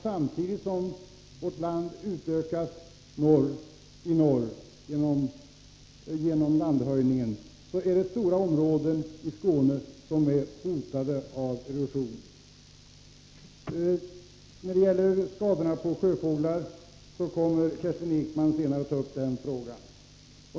Samtidigt som vårt land i norr utökas genom landhöjningen är stora områden i Skåne hotade av erosion. Kerstin Ekman kommer senare att behandla frågan om skador på sjöfågel.